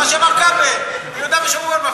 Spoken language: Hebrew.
פה זה בדיוק.